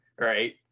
right